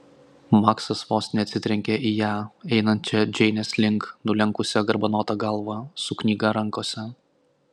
maksas vos neatsitrenkė į ją einančią džeinės link nulenkusią garbanotą galvą su knyga rankose